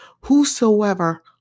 Whosoever